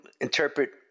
interpret